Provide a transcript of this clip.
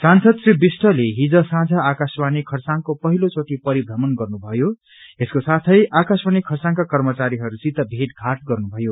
सांसद श्री विष्टले हिज सांझ आकाशवाणी खरसाङको पहिलो चोटि परिश्रमण गर्नु भयो साथै आकाशवाणी खरसाङका कर्मचारीहरूसित भेटघाट गर्नुमयो